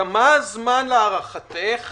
כמה זמן להערכתך